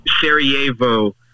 Sarajevo